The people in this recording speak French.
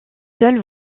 seul